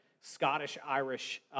Scottish-Irish